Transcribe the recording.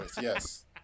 yes